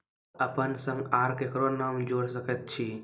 अपन संग आर ककरो नाम जोयर सकैत छी?